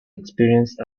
experience